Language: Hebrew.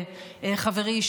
חברי,